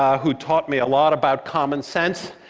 um who taught me a lot about common sense,